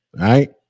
right